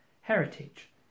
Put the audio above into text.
heritage